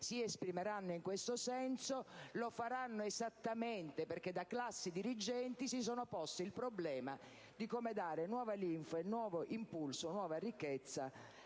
si esprimeranno in questo senso lo faranno esattamente perché, da classi dirigenti, si sono posti il problema di come dare nuova linfa, nuovo impulso e nuova ricchezza